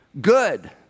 Good